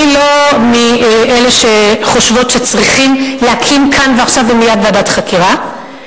אני לא מאלה שחושבים שצריכים להקים כאן ועכשיו ומייד ועדת חקירה,